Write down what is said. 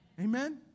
Amen